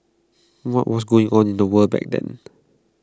what was going on in the world back then